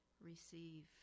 receive